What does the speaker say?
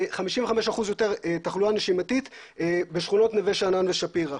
ו-55% אחוז יותר תחלואה נשימתית בשכונות נווה שאנן ושפירה.